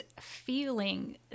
feeling